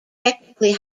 technically